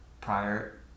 prior